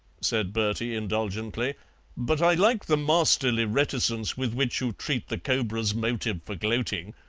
said bertie indulgently but i like the masterly reticence with which you treat the cobra's motive for gloating.